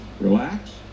Relax